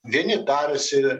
vieni tariasi